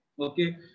Okay